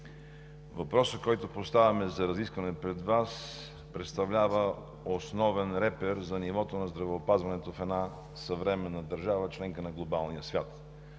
въпросът, който поставяме за разискване пред Вас, представлява основен репер за нивото на здравеопазването в една съвременна държава – членка на глобалния свят.